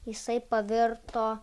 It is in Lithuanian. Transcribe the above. jisai pavirto